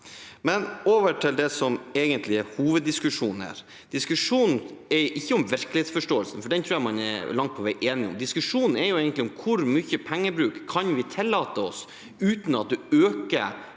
Men over til det som egentlig er hoveddiskusjonen her: Diskusjonen er ikke om virkelighetsforståelsen, for den tror jeg man langt på vei er enig om. Diskusjonen er egentlig om hvor mye pengebruk vi kan tillate oss uten at vi øker